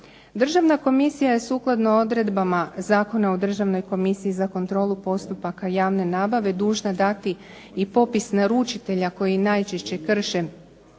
Državna komisija je sukladno odredbama Zakona o Državnoj komisiji za kontrolu postupaka javne nabave dužna dati i popis naručitelja koji najčešće krše